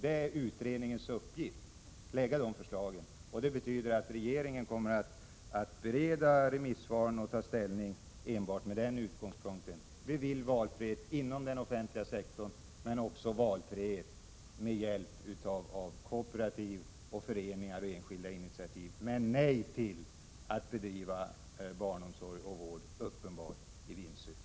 Att lägga sådana förslag är utredningens uppgift, och det betyder att regeringen kommer att bereda remissvaren och ta ställning enbart med den utgångspunkten. Vi vill ha valfrihet inom den offentliga sektorn, och även valfrihet med hjälp av kooperativ, föreningar och enskilda initiativ, men vi säger nej till att bedriva barnomsorg och vård i uppenbart vinstsyfte.